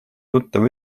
tuttav